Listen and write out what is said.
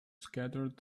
scattered